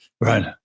Right